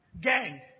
gang